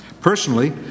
Personally